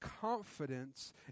confidence